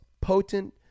potent